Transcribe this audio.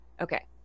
okay